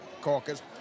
caucus